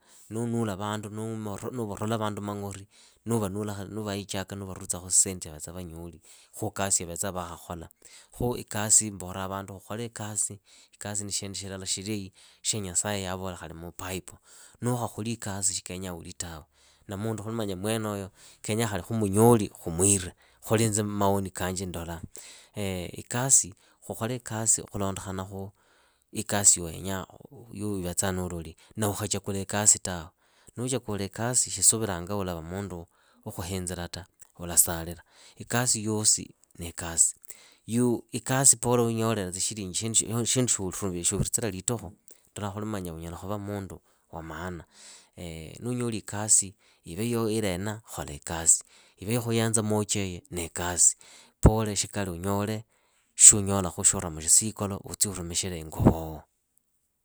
Nuunula vandu nuuvorola vandu mang'ori, nuuvahaichaka nuuvarulitsakhu sendi tsya vavetsa vanyoli khuukasi ya vavetsaa vaakhakhola. Khuu ikasi, ikasi ni shindu shilala shilai, shya nyasaye yavola khali mupaipo nuukhakholi ikasi shi kenyaa uli tawe. Na mundu khuli mwenoyo kenyaa khali khumunyoli khumwire khuli inze mmaoni kanje ndolaa. ikasi. khukole ikasi khulondokhana khu ikasi yuuvetsaa nuuloli. Na ukhachakula ikasi tawe. Nuuchakule ikasi shi suviranga ulava mundu wa khuhinzira ta ulasalila. Ikasi yosi ni ikasi. Ikasi pora wuunyolela shindu shya khuviritsa litukhu, ndola khuli unyala khuva mundu wa maana. nuunyoli ikasi ive yoyo ilena khola ikasi, ive ya khuyenza muuchoiyi niikasi. Pora shikali unyole shuunyolakhu shuura mushisikolo utsi urumikhile ingo wowo.